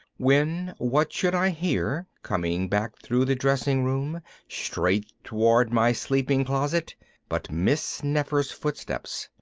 when what should i hear coming back through the dressing room straight toward my sleeping closet but miss nefer's footsteps.